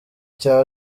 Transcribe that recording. cya